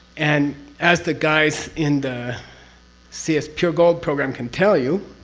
and, as the guys in the cs pure gold program can tell you.